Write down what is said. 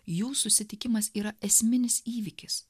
jų susitikimas yra esminis įvykis